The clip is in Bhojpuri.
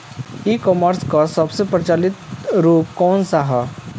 ई कॉमर्स क सबसे प्रचलित रूप कवन सा ह?